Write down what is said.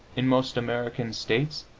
in most american states